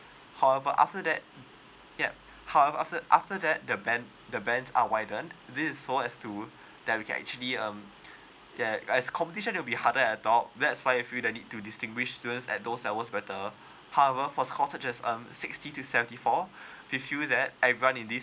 however after that yup however after that the band the bands are widened this so as to that we can actually um yeah as competition will be harder at all that's why I feel the need to distinguish to student at those that was better however for score that just um sixty to seventy four fifth you that I run in this